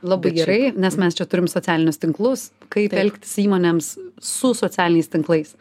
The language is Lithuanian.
labai gerai nes mes čia turim socialinius tinklus kaip elgtis įmonėms su socialiniais tinklais